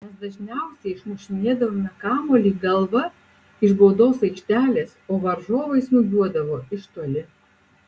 mes dažniausiai išmušinėdavome kamuolį galva iš baudos aikštelės o varžovai smūgiuodavo iš toli